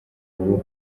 ubu